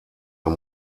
ein